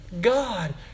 God